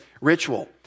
ritual